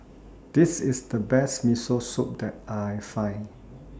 This IS The Best Miso Soup that I Find